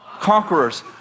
conquerors